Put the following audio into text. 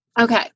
Okay